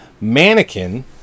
mannequin